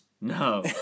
No